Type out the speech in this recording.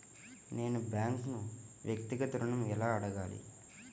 నేను బ్యాంక్ను వ్యక్తిగత ఋణం ఎలా అడగాలి?